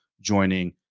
joining